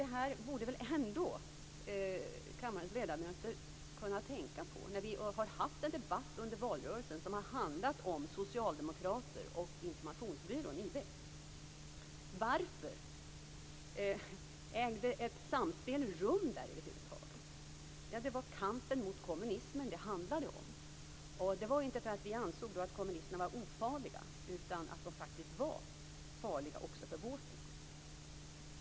Det borde väl ändå kammarens ledamöter kunna tänka på när vi har haft en debatt under valrörelsen som har handlat om socialdemokrater och om Informationsbyrån, IB. Varför ägde ett samspel rum där över huvud taget? Jo, det var kampen mot kommunismen det handlade om. Det var inte för att vi ansåg att kommunisterna var ofarliga, utan vi ansåg att de faktiskt var farliga också för vårt land.